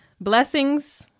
Blessings